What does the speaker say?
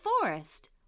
forest